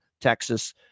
Texas